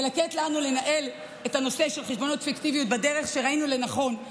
ולתת לנו לנהל את הנושא של חשבוניות פיקטיביות בדרך שראינו לנכון,